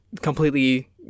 completely